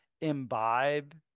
imbibe